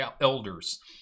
elders